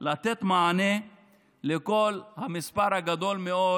לתת מענה למספר הגדול מאוד